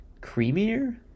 creamier